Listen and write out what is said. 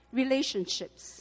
relationships